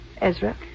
Ezra